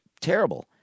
Terrible